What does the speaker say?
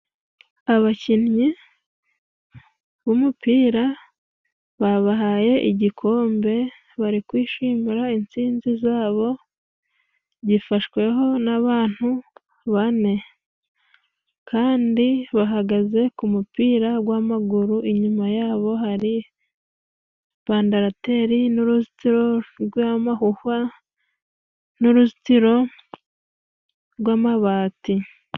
Abakinnyi b'umupira babahaye igikombe bari kwishimira intsinzi zabo, gifashweho n'abantu bane kandi bahagaze ku mupira gw'amaguru, inyuma yabo hari bandarateri n'uruzitiro rw'amahuhwa n'uruzitiro rw'amabati.